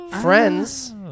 Friends